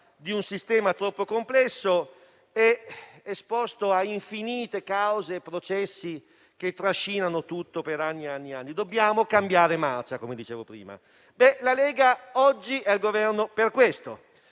La Lega oggi è al Governo per questo,